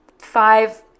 five